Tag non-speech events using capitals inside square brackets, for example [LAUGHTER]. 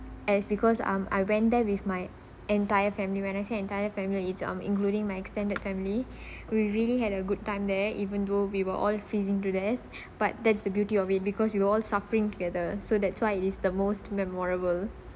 as because um I went there with my entire family when I say entire family it's um including my extended family [BREATH] we really had a good time there even though we were all freezing to death [BREATH] but that's the beauty of it because you all suffering together so that's why it is the most memorable